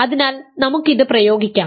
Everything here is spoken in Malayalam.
അതിനാൽ നമുക്ക് ഇത് പ്രയോഗിക്കാം